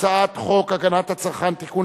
הגנת הצרכן (תיקון,